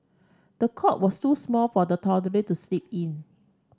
the cot was too small for the toddler to sleep in